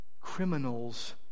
criminals